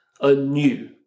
anew